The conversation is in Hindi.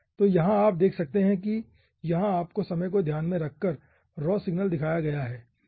तो यहाँ आप देख सकते हैं कि यहां आपको समय को ध्यान में रखकर रॉ सिग्नल दिया गया है